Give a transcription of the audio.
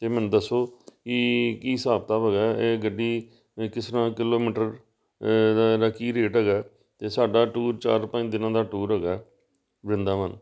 ਜੇ ਮੈਨੂੰ ਦੱਸੋ ਵੀ ਕਿ ਹਿਸਾਬ ਕਿਤਾਬ ਹੈਗਾ ਇਹ ਗੱਡੀ ਕਿਸ ਤਰ੍ਹਾਂ ਕਿਲੋਮੀਟਰ ਇਹਦਾ ਕੀ ਰੇਟ ਹੈਗਾ ਅਤੇ ਸਾਡਾ ਟੂਰ ਚਾਰ ਪੰਜ ਦਿਨਾਂ ਦਾ ਟੂਰ ਹੈਗਾ ਵ੍ਰਿੰਦਾਵਨ